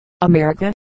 America